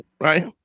Right